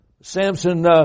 Samson